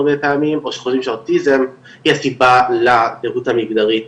הרבה פעמים או שחושבים שהאוטיזם היא הסיבה לזהות המגדרית,